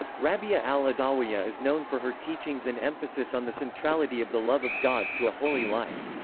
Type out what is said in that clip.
rabi'a al-adawiyya is known for her teachings and emphasis on the centrality of the love of god to a holy life.